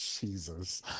Jesus